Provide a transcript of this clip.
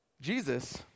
Jesus